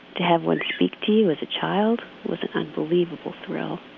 to have one to speak to you as a child was an unbelievable thrill.